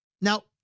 now